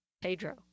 Pedro